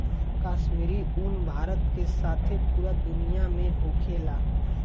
काश्मीरी उन भारत के साथे पूरा दुनिया में होखेला